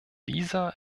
visa